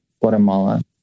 Guatemala